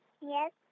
Yes